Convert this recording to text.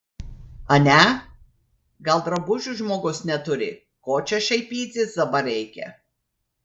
ane gal drabužių žmogus neturi ko čia šaipytis dabar reikia